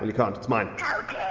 and can't, it's mine.